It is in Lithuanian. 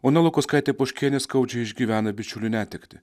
ona lukauskaitė poškienė skaudžiai išgyvena bičiulių netektį